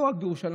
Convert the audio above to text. לא רק בירושלים,